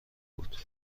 بود